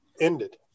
ended